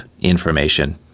information